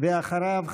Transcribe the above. ואחריו,